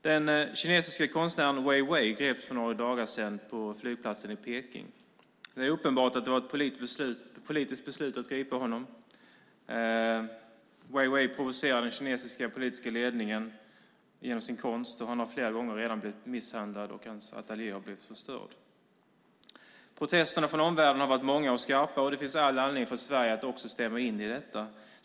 Den kinesiske konstnären Ai Weiwei greps för några dagar sedan på flygplatsen i Peking. Det var uppenbart ett politiskt beslut att gripa honom. Ai Weiwei provocerar den kinesiska politiska ledningen genom sin konst. Han har flera gånger blivit misshandlad och hans ateljé har blivit förstörd. Protesterna från omvärlden har varit många och skarpa, och det finns all anledning också för Sverige att höja rösten.